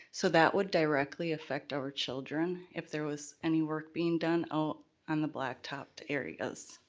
so that would directly affect our children, if there was any work being done out on the blacktopped areas